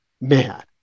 man